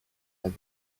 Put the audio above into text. have